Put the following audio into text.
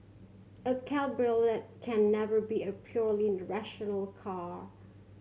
a cabriolet can never be a purely rational car